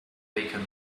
bacon